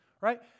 right